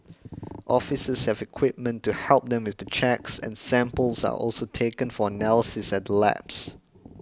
officers have equipment to help them with the checks and samples are also taken for analysis at the labs